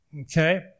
Okay